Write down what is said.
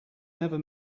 never